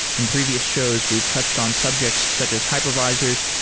in previous shows, we've touched on subjects such as hypervisors,